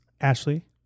Ashley